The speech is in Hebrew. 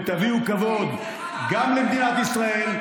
ותביאו כבוד גם למדינת ישראל,